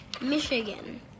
Michigan